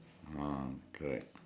ah okay